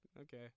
Okay